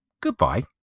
Goodbye